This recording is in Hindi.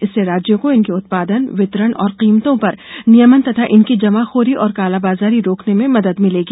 इससे राज्यों को इनके उत्पादन वितरण और कीमतों पर नियमन तथा इनकी जमाखोरी और कालाबाजारी रोकने में मदद मिलेगी